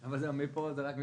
אבל מפה זה רק מידרדר.